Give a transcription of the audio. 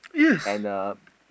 and a